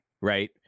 right